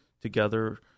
together